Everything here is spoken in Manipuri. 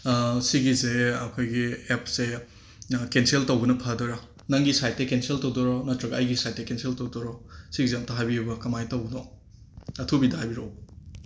ꯁꯤꯒꯤꯁꯦ ꯑꯩꯈꯣꯏꯒꯤ ꯑꯦꯞꯁꯦ ꯀꯦꯟꯁꯦꯜ ꯇꯧꯕꯅ ꯐꯗꯣꯏꯔꯣ ꯅꯪꯒꯤ ꯁꯥꯏꯠꯇꯒꯤ ꯀꯦꯟꯁꯦꯜ ꯇꯧꯗꯣꯏꯔꯣ ꯅꯇ꯭ꯔꯒ ꯑꯩꯒꯤ ꯁꯥꯏꯠꯇꯒꯤ ꯀꯦꯟꯁꯦꯜ ꯇꯧꯗꯣꯏꯔꯣ ꯁꯤꯒꯤꯁꯦ ꯑꯃꯨꯛꯇ ꯍꯥꯏꯕꯤꯌꯨꯕ ꯀꯃꯥꯏ ꯇꯧꯗꯣꯏꯅꯣ ꯑꯊꯨꯕꯤꯗ ꯍꯥꯏꯕꯤꯔꯧ